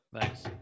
Thanks